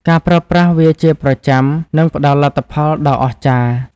ការប្រើប្រាស់វាជាប្រចាំនឹងផ្ដល់លទ្ធផលដ៏អស្ចារ្យ។